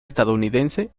estadounidense